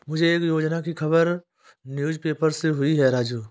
मुझे एक योजना की खबर न्यूज़ पेपर से हुई है राजू